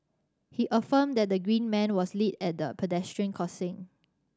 he affirmed that the green man was lit at the pedestrian crossing